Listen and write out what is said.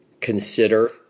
consider